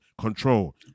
control